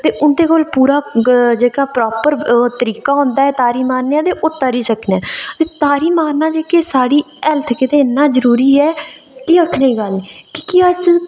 ते उंदे कोल पूरा जेह्का प्रॉपर तरीका होंदा ऐ तारी मारने दा ते ओह् करी सकदे ते तारी मारना साढ़ी हैल्थ आस्तै इन्ना जरूरी ऐ एह् आखने दी गल्ल ऐ कि अस